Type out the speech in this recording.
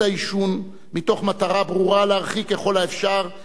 מתוך מטרה ברורה להרחיק ככל האפשר את הנגע מהחברה.